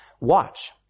Watch